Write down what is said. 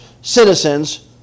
citizens